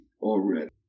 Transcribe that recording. already